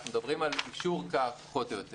אנחנו מדברים על יישור קו פחות או יותר